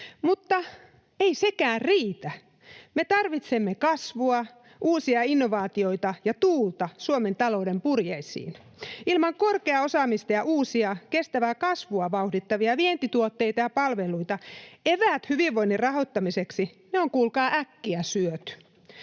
Mutta ei sekään riitä. Me tarvitsemme kasvua, uusia innovaatioita ja tuulta Suomen talouden purjeisiin. Ilman korkeaa osaamista ja uusia kestävää kasvua vauhdittavia vientituotteita ja palveluita eväät hyvinvoinnin rahoittamiseksi on kuulkaa äkkiä syöty.